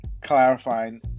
clarifying